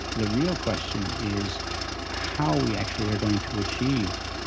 the real question is how we actually are going to achieve,